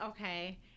okay